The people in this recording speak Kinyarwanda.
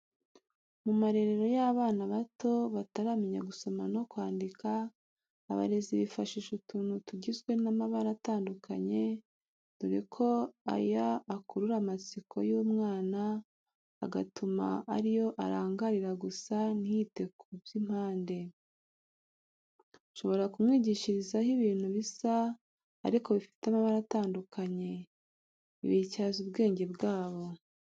Mu marero y'abana bato bataramenya gusoma no kwandika, abarezi bifashisha utuntu tugizwe n'amabara atandukanye, dore ko aya akurura amatsiko y'umwana agatuma ariyo arangarira gusa ntiyite ku by'impande. Ushobora kumwigishirizaho ibintu bisa ariko bifite amabara atandukanye. Ibi bityaza ubwenge bwabo.